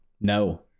no